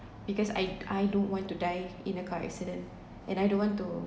because I I don't want to die in a car accident and I don't want to